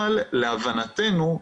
אבל להבנתנו,